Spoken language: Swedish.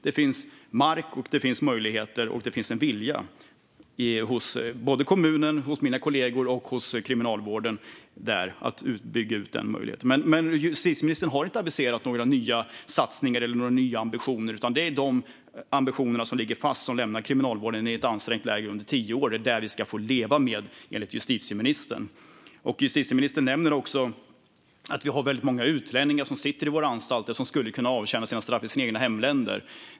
Det finns mark, det finns möjligheter och det finns en vilja hos både kommunen, mina kollegor och Kriminalvården att bygga ut där. Men justitieministern har inte aviserat några nya satsningar eller ambitioner, utan ambitionerna ligger fast, vilket lämnar Kriminalvården i ett ansträngt läge under tio år. Det är detta vi får leva med, enligt justitieministern. Justitieministern nämner också att vi har väldigt många utlänningar som sitter på våra anstalter och som skulle kunna avtjäna sina straff i sina egna hemländer.